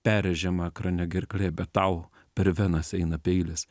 perrėžiama ekrane gerklė bet tau per venas eina peilis